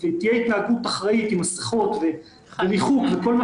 ותהיה התנהגות אחראית עם מסכות וריחוק וכל מה